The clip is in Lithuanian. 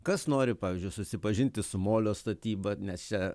kas nori pavyzdžiui susipažinti su molio statyba nes čia